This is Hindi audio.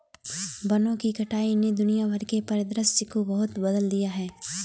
वनों की कटाई ने दुनिया भर के परिदृश्य को बहुत बदल दिया है